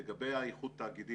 לגבי איחוד התאגידים,